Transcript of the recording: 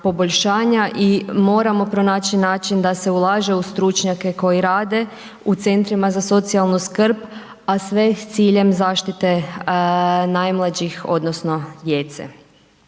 i moramo pronaći način da se ulaže u stručnjake koji rade u centrima za socijalnu skrb a sve s ciljem zaštite najmlađih odnosno djece.